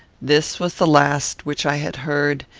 this was the last which i had heard,